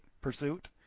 Pursuit